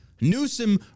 Newsom